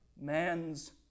Man's